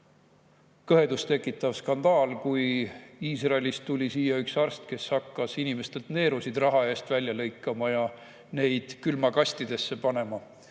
kõhedusttekitav skandaal, kui Iisraelist tuli siia üks arst, kes hakkas inimestelt raha eest neerusid välja lõikama ja külmakastidesse panema.